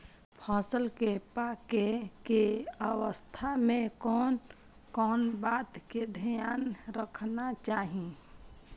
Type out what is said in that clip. फसल के पाकैय के अवस्था में कोन कोन बात के ध्यान रखना चाही?